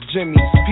Jimmys